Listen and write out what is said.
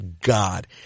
God